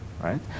right